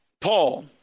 Paul